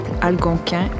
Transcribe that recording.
algonquin